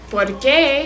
Porque